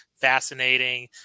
fascinating